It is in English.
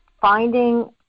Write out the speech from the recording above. finding